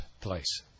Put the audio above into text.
place